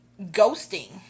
ghosting